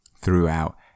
throughout